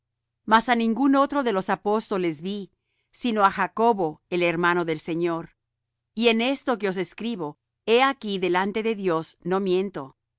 mas á ningún otro de los apóstoles vi sino á jacobo el hermano del señor y en esto que os escribo he aquí delante de dios no miento